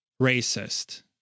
racist